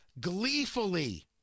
gleefully